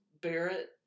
Barrett